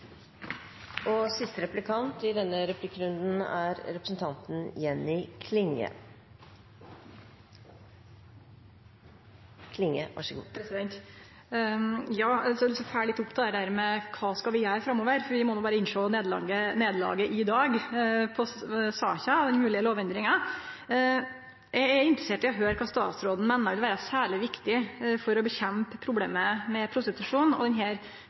litt opp dette med kva vi skal gjere framover, for vi må jo berre innsjå nederlaget i dag i saka om den moglege lovendringa. Eg er interessert i å høyre kva statsråden meiner vil vere særleg viktig for å kjempe mot problemet med prostitusjon og